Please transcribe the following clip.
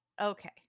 okay